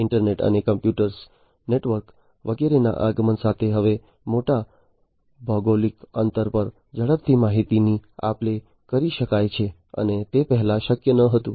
internet અને computer network વગેરેના આગમન સાથે હવે મોટા ભૌગોલિક અંતર પર ઝડપથી માહિતીની આપ લે કરવી શક્ય છે અને તે પહેલા શક્ય ન હતું